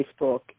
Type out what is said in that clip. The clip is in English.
Facebook